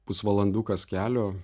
pusvalandukas kelio